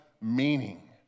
meaning